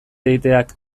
egiteak